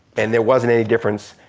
and there wasn't any difference,